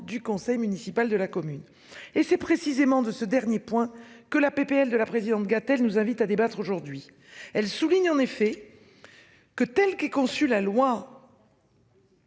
du conseil municipal de la commune et c'est précisément de ce dernier point que la PPL de la présidente Gatel nous invite à débattre aujourd'hui. Elle souligne en effet. Que telle qu'est conçue la loi.